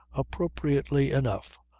appropriately enough,